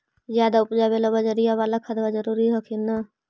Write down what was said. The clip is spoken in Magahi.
ज्यादा उपजाबे ला बजरिया बाला खदबा जरूरी हखिन न?